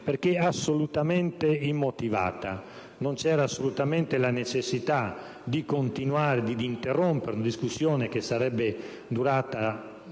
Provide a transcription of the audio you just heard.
perché assolutamente immotivata. Non c'era assolutamente la necessità d'interrompere una discussione, che sarebbe durata